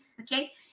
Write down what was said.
okay